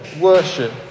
worship